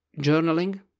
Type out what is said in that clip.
journaling